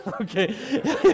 okay